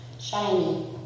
shiny